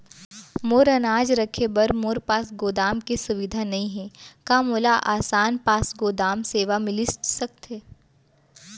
मोर अनाज रखे बर मोर पास गोदाम के सुविधा नई हे का मोला आसान पास गोदाम सेवा मिलिस सकथे?